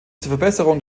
verbesserung